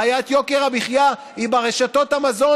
בעיית יוקר המחיה היא ברשתות המזון,